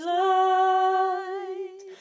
light